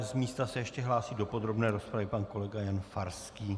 Z místa se ještě hlásí do podrobné rozpravy pan kolega Jan Farský.